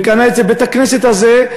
וקנה את בית-הכנסת הזה.